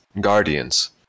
guardians